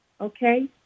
okay